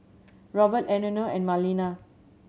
Robt Eleanor and Marlena